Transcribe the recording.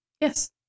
Yes